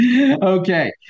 Okay